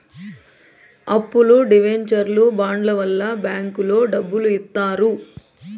అప్పులు డివెంచర్లు బాండ్ల వల్ల బ్యాంకులో డబ్బులు ఇత్తారు